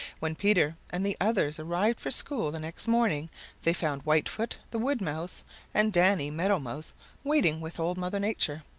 when peter and the others arrived for school the next morning they found whitefoot the wood mouse and danny meadow mouse waiting with old mother nature.